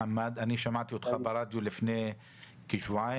שמעתי אותך מדבר ברדיו לפני כשבועיים